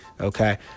Okay